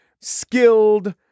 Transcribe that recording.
skilled